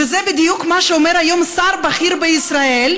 וזה בדיוק מה שאומר היום שר בכיר בישראל.